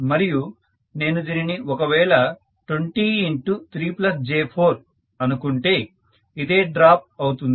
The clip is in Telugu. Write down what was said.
మరియు నేను దీనిని ఒకవేళ 203j4 అనుకుంటే ఇదే డ్రాప్ అవుతుంది